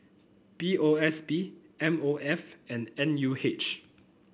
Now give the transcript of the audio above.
B O S B M O F and N U H